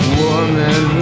Woman